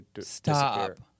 Stop